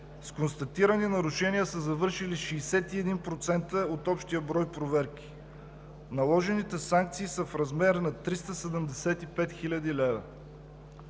С констатирани нарушения са завършили 61% от общия брой проверки. Наложените санкции са в размер на 375 хил. лв.